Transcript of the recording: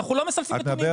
אנחנו לא מסלפים נתונים.